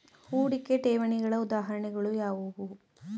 ಹೂಡಿಕೆ ಠೇವಣಿಗಳ ಉದಾಹರಣೆಗಳು ಯಾವುವು?